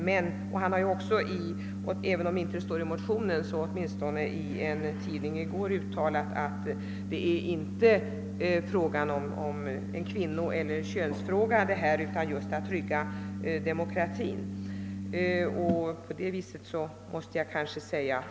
Men han har även i en tidning i går uttalat att det inte är fråga om en kvinnoeller könsfråga utan om att trygga monarkin.